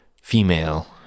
female